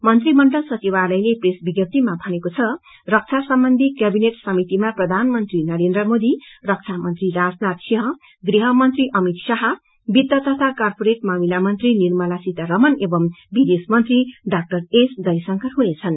मंत्रीमण्डल सचिवालयले प्रेस विज्ञप्तिमा भनेको छ रक्षा सम्बन्धी कैबिनेट समितिमा प्रधानमन्त्री नरेन्द्र मोदी रक्षा मंत्री राजनाथ सिंह गृह मंत्री अमित शाह वित्त तथा कारपोरेट मामिला मंत्री निर्मला सीतारमन एवम विदेश मंत्री डाक्टर एसत्र जयशंकर हुनेछन्